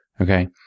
Okay